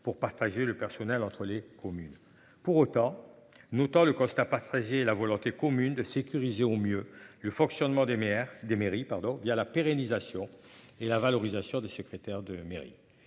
pour partager le personnel entre les communes. Pour autant, notant le constat pas fraisiers la volonté commune de sécuriser au mieux le fonctionnement des maires des mairies, pardon, il y a la pérennisation et la valorisation de secrétaire de mairie